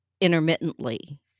intermittently